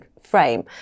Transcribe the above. frame